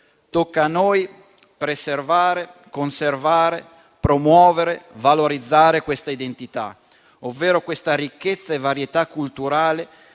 Tocca a noi preservare, conservare, promuovere e valorizzare questa identità, ovvero questa ricchezza e varietà culturale